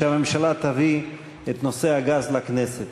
שהממשלה תביא את נושא הגז לכנסת.